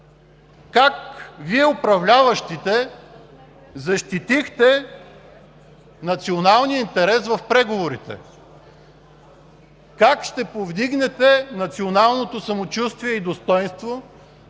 Как Вие, управляващите, защитихте националния интерес в преговорите? Как ще повдигнете националното самочувствие и достойнство,